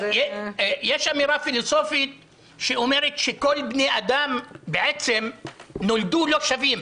יש אמירה פילוסופית שאומרת שכל בני האדם נולדו לא שווים.